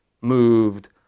moved